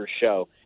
Show